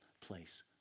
place